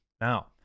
Now